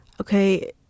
okay